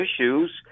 issues